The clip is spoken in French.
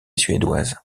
suédoise